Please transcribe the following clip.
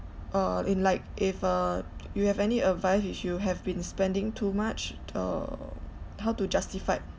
uh in like if uh you have any advice if you have been spending too much or how to justified